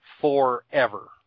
forever